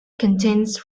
contains